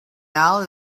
now